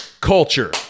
culture